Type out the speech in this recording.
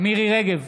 מירי מרים רגב,